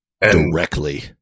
directly